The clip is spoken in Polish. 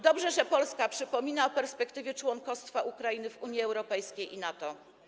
Dobrze, że Polska przypomina o perspektywie członkostwa Ukrainy w Unii Europejskiej i NATO.